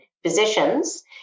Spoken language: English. physicians